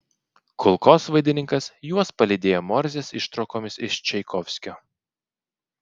kulkosvaidininkas juos palydėjo morzės ištraukomis iš čaikovskio